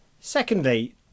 Secondly